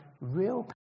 real